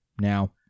now